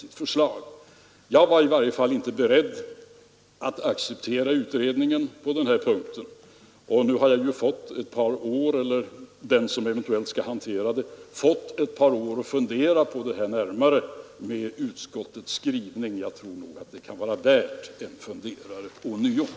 I varje fall var inte jag beredd att acceptera utredningens förslag på denna punkt, och jag eller den som eventuellt skall handlägga detta ärende har nu fått ett par år till förfogande för att fundera litet närmare på utskottets skrivning. Jag tror att det kan vara befogat att ånyo ta sig en funderare över detta.